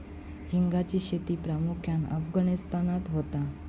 हिंगाची शेती प्रामुख्यान अफगाणिस्तानात होता